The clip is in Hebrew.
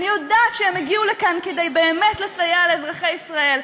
אני יודעת שהם הגיעו לכאן כדי באמת לסייע לאזרחי ישראל.